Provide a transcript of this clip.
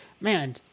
man